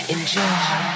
Enjoy